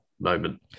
moment